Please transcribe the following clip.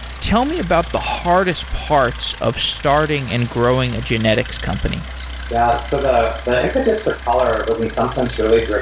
tell me about the hardest parts of starting and growing a genetics company yeah. so the impetus for color was in some sense really